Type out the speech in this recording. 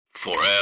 Forever